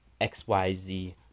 XYZ